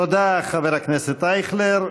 תודה, חבר הכנסת אייכלר.